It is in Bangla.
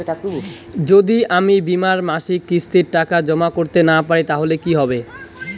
যদি আমি বীমার মাসিক কিস্তির টাকা জমা করতে না পারি তাহলে কি হবে?